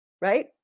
right